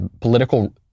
political